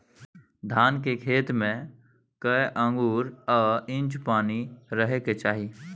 धान के खेत में कैए आंगुर आ इंच पानी रहै के चाही?